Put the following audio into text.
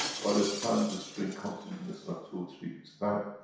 by the time, the spring comes, in less than two or three weeks time.